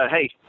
hey